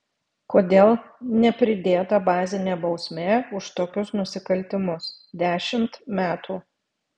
kodėl nepridėta bazinė bausmė už tokius nusikaltimus dešimt metų